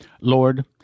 Lord